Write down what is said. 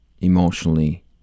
emotionally